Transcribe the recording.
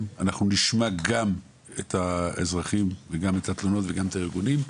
אנחנו נשמע גם את האזרחים וגם את התלונות וגם את הארגונים,